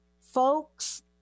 folks